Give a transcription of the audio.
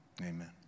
Amen